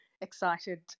excited